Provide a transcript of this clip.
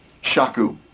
shaku